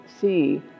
see